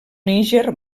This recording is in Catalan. níger